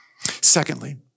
Secondly